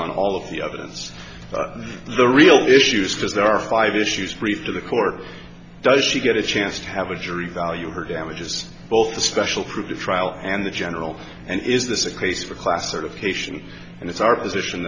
on all of the others the real issues because there are five issues free for the court does she get a chance to have a jury value her damages both the special prove the trial and the general and is this a case for class certification and it's our position